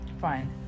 Fine